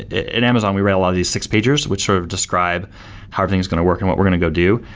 in amazon we read a lot of these six-pagers, which sort of describe how are things going to work and what we're going to go do.